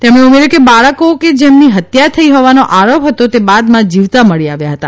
તેમણે ઉમેર્યું કે બાળકો કે જેમની હત્યા થઇ હોવાનો આરોપ હતો તે બાદમાં જીવતા મળી આવ્યા હતા